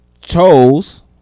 chose